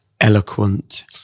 eloquent